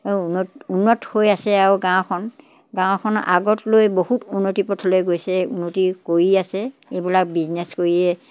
উন্নত উন্নত হৈ আছে আৰু গাঁওখন গাঁওখন আগত লৈ বহুত উন্নতিৰ পথলৈ গৈছে উন্নতি কৰি আছে এইবিলাক বিজনেছ কৰিয়ে